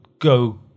go